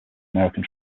american